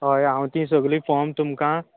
हय हांव तीं सगळीं फोर्म तुमका